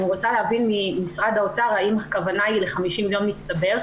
אני רוצה להבין ממשרד האוצר האם הכוונה היא ל-50 מיליון מצטבר,